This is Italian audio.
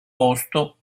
posto